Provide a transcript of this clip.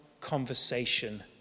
conversation